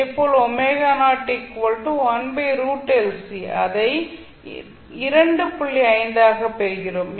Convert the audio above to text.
5 ஆக பெறுகிறோம்